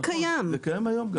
זה קיים גם היום.